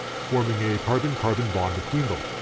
forming a carbon carbon bond between them.